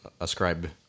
ascribe